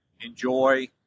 enjoy